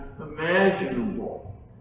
imaginable